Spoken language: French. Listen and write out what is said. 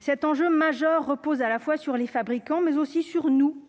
Cet enjeu majeur repose à la fois sur les fabricants, mais aussi sur nous,